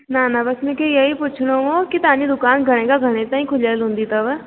न न बसि मूंखे इहेई पुछिणो हो की तव्हांजी दुकानु घणे खां घणे ताईं खुलियलु हूंदी अथव